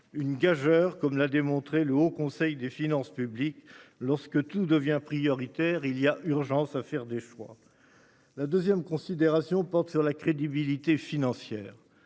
Une gageure, comme l'a démontré le Haut conseil des finances publiques lorsque tout devient prioritaire. Il y a urgence à faire des choix. La 2ème considération porte sur la crédibilité financière.